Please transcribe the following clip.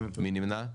מי נמנע?